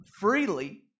freely